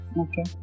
Okay